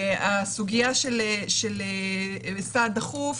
הסוגיה של סעד דחוף,